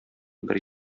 бер